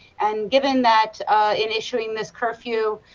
and given that initially and this curfew,